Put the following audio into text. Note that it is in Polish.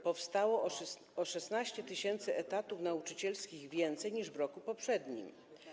Powstało o 16 tys. etatów nauczycielskich więcej niż w roku poprzednim.